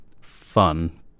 fun